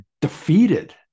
defeated